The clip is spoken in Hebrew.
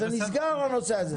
זה נסגר הנושא הזה.